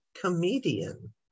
comedian